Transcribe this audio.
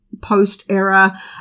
post-era